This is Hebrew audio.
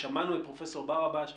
שמענו את פרופ' ברבש,